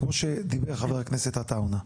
כמו שדיבר חבר הכנסת עטאונה .